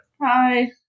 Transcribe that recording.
Hi